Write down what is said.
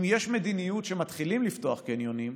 אם יש מדיניות שמתחילים לפתוח קניונים,